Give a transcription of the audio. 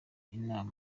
inama